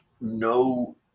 no